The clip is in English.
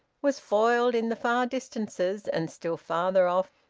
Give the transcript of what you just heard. was foiled in the far distances, and, still farther off,